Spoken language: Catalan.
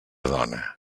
dona